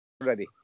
Ready